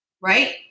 right